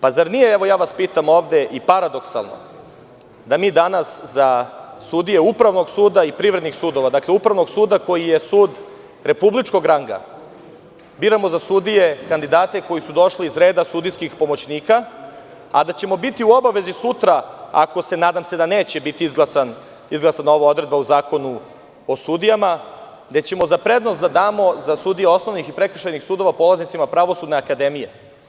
Pitam vas ovde – zar nije paradoksalno da mi danas za sudije Upravnog suda i privrednih sudova, Upravnog suda koji je sud republičkog ranga, biramo za sudije kandidate koji su došli iz reda sudijskih pomoćnika, a da ćemo biti u obavezi sutra ako se, nadam se da neće biti izglasana ova odredba u Zakonu o sudijama, gde ćemo za prednost da damo za sudije osnovnih i prekršajnih sudova polaznicima Pravosudne akademije?